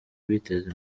biteza